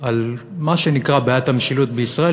על מה שנקרא בעיית המשילות בישראל,